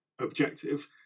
Objective